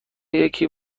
یکی